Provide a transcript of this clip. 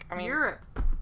Europe